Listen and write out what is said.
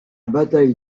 bataille